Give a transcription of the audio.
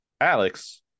Alex